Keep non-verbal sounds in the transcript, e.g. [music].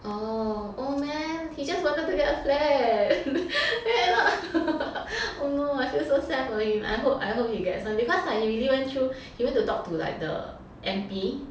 orh oh man he just wanted to get a flat [laughs] end up oh no I feel so sad for him I hope I hope he get this one because like he really went through he went to talk to like the M_P